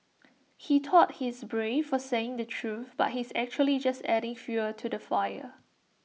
he thought he's brave for saying the truth but he's actually just adding fuel to the fire